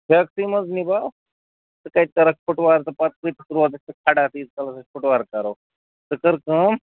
ٹھیکسٕے منٛز نِباو ژٕ کَتہِ کَرکھ فُٹوار تہٕ پَتہٕ کَتہِ روزکھ ژٕ کھڑا تیٖتِس کالَس أسۍ فُٹوار کَرو ژٕ کر کٲم